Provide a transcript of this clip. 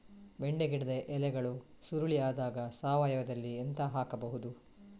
ಬೆಂಡೆ ಗಿಡದ ಎಲೆಗಳು ಸುರುಳಿ ಆದಾಗ ಸಾವಯವದಲ್ಲಿ ಎಂತ ಹಾಕಬಹುದು?